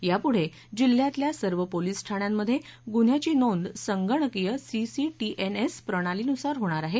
या पुढे जिल्ह्यातल्या सर्व पोलीस ठाण्यांमध्ये गुन्ह्याची नोंद संगणकीय सिसिटीएनएस प्रणाली नुसार होणार आहे